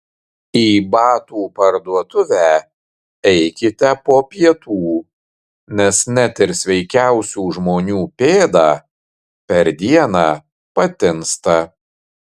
į batų parduotuvę eikite po pietų nes net ir sveikiausių žmonių pėda per dieną patinsta